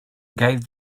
gave